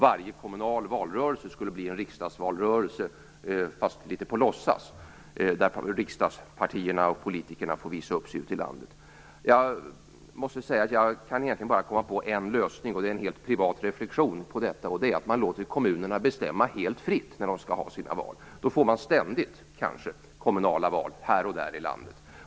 Varje kommunal valrörelse skulle bli en riksdagsvalrörelse, fast litet på låtsas. Riksdagspartierna och politikerna fick visa upp sig ute i landet. Jag kan bara komma på en lösning - och det är en privat reflexion - nämligen att låta kommunerna bestämma helt fritt när valen skall hållas. Då skulle det ständigt hållas kommunala val här och där i landet.